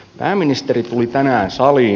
pääministeri tuli tänään saliin